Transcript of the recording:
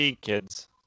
kids